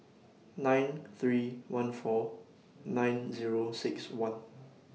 nine three one four nine Zero six one